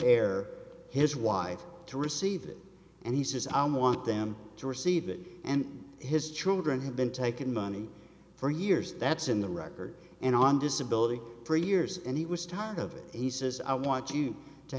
heir his wife to receive it and he says i want them to receive it and his children have been taken money for years that's in the record and on disability for years and he was tired of it he says i want you to